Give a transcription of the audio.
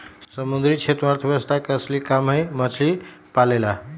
समुद्री क्षेत्र में अर्थव्यवस्था के असली काम हई मछली पालेला